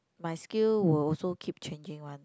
my skill will also keep changing one